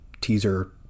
teaser